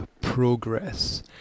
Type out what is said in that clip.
Progress